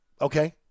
Okay